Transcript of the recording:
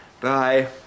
Bye